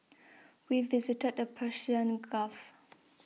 we visited the Persian Gulf